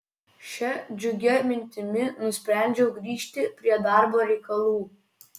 šia džiugia mintimi nusprendžiau grįžti prie darbo reikalų